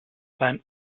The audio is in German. beim